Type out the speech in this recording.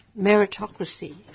meritocracy